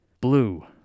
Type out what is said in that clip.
Blue